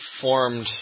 formed